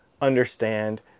understand